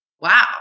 wow